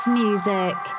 music